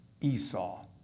Esau